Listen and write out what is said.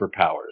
superpowers